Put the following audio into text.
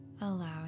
allowing